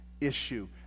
issue